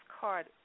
card